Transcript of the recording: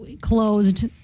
closed